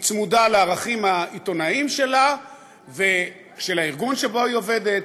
היא צמודה לערכים העיתונאיים שלה ושל הארגון שבו היא עובדת.